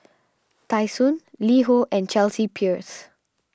Tai Sun LiHo and Chelsea Peers